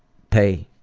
pay,